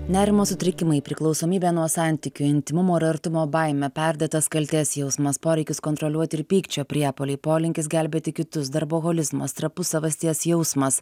nerimo sutrikimai priklausomybė nuo santykių intymumo ar artumo baimė perdėtas kaltės jausmas poreikis kontroliuoti ir pykčio priepuoliai polinkis gelbėti kitus darboholizmas trapus savasties jausmas